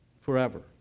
forever